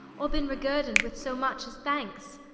or beene reguerdon'd with so much as thanks,